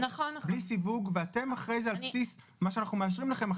בלי סיווג ואתם אחרי זה על בסיס מה שאנחנו מאשרים לכם,